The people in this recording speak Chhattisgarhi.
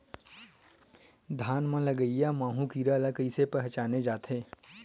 धान म लगईया माहु कीरा ल कइसे पहचाने जाथे?